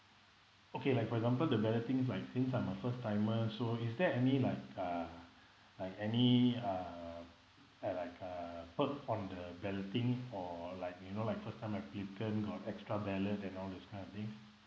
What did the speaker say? okay like for example the balloting like since I'm a first timer so is there any like uh like any uh uh like uh perk on the balloting or like you know like first time applicant got extra ballot and all those kind of thing